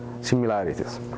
similarities